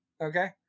Okay